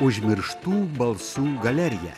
užmirštų balsų galerija